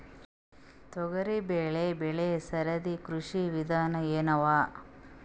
ತೊಗರಿಬೇಳೆ ಬೆಳಿ ಸರದಿ ಕೃಷಿ ವಿಧಾನ ಎನವ?